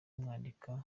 mwandika